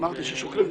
אמרתי ששוקלים.